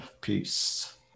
Peace